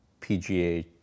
PGA